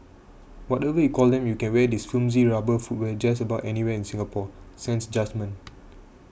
whatever you call them you can wear this flimsy rubber footwear just about anywhere in Singapore sans judgement